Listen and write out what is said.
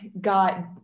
got